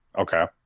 Okay